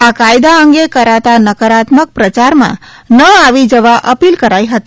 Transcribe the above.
આ કાયદા અંગે કરાતા નકારાત્મક પ્રચારમાં ન આવી જવા અપીલ કરાઇ હતી